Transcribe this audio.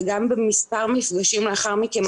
וגם במספר מפגשים לאחר מכן,